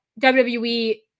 WWE